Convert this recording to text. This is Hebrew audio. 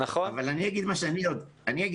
אבל אני אגיד מה שאני יודע.